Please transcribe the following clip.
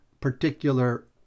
particular